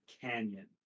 canyon